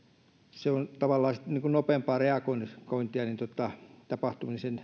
se on tavallaan sitten nopeampaa reagointia tapahtuneisiin